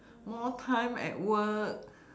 more time at work